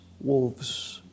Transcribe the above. wolves